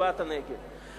הצבעת נגד,